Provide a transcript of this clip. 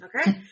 Okay